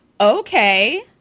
Okay